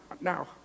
now